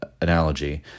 analogy